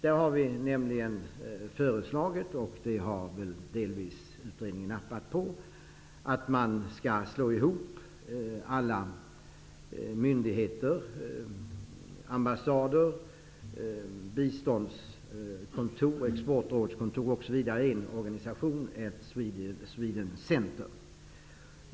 Vi har nämligen föreslagit en hopslagning av alla myndigheter, ambassader, biståndskontor, exportrådskontor, osv. till en organisation till ett Sweden Center. Utredningen har delvis tagit fasta på det.